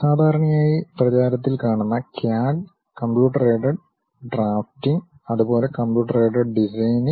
സാധാരണയായി പ്രചാരത്തിൽ കാണുന്ന ക്യാട് കമ്പ്യൂട്ടർ എയ്ഡഡ് ഡ്രാഫ്റ്റിംഗ് അതുപോലെ കമ്പ്യൂട്ടർ എയ്ഡഡ് ഡിസൈനിംഗ്